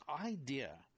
idea